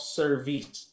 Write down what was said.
service